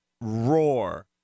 roar